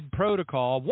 protocol